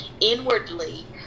Inwardly